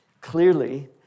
clearly